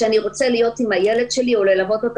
שרוצים להיות עם הילד או ללוות אותו